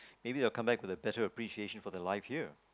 maybe they'll come back with a better appreciation for the life here